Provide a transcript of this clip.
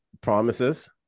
Promises